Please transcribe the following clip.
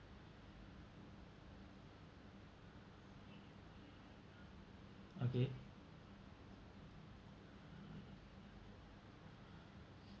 okay